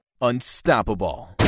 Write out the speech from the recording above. Unstoppable